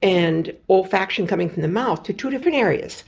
and olfaction coming from the mouth to two different areas.